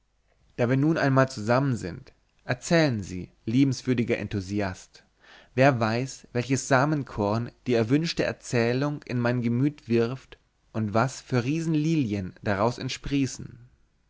da wir nun einmal so zusammen sind erzählen sie liebenswürdiger enthusiast wer weiß welches samenkorn die erwünschte erzählung in mein gemüt wirft und was für riesenlilien daraus entsprießen